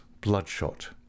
bloodshot